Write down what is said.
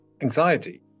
anxiety